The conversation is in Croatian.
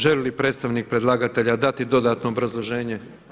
Želi li predstavnik predlagatelja dati dodatno obrazloženje?